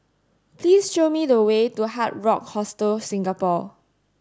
please show me the way to Hard Rock Hostel Singapore